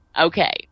Okay